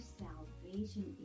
salvation